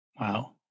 Wow